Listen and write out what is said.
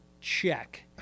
check